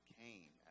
came